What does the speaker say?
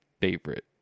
favorite